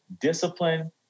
discipline